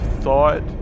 thought